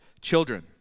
children